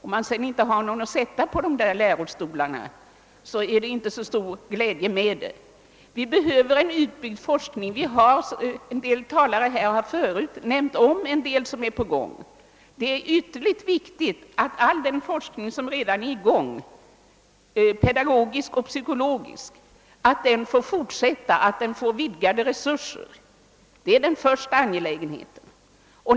Om man sedan inte har någon att sätta på de där lärostolarna, så är det inte så stor glädje med dem. Tidigare talare har redan pekat på den forskning som är på gång. Det är ytterligt viktigt att all den pedagogiska och psykologiska forskning som redan påbörjats får fortsätta och får vidgade resurser. Det är den första angelägenheten.